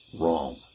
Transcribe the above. wrong